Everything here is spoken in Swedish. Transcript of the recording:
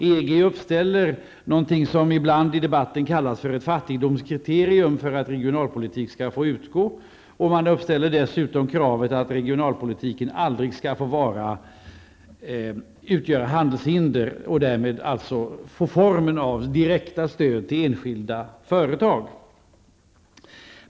EG uppställer någonting som ibland i debatten kallas ett fattigdomskriterium för att regionalpolitik skall få tillämpas. Man uppställer dessutom kravet att regionalpolitiken aldrig skall få utgöra handelshinder och därmed alltså få formen av direkta stöd till enskilda företag.